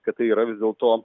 kad tai yra vis dėlto